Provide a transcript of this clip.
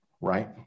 right